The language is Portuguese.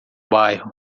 bairro